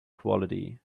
quality